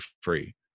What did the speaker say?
free